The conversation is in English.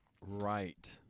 Right